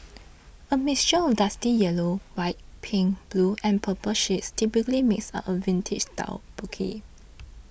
a mixture of dusty yellow white pink blue and purple shades typically makes up a vintage style bouquet